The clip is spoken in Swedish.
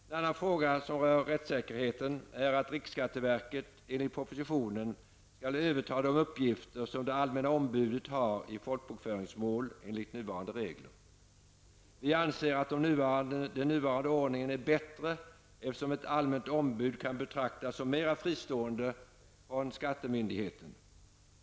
En annan fråga som rör rättssäkerheten är att riksskatteverket enligt propositionen skall överta de uppgifter som det allmänna ombudet har i folkbokföringsmål enligt nuvarande regler. Vi anser att den nuvarande ordningen är bättre, eftersom ett allmänt ombud kan betraktas som mer fristående från skattemyndigheten.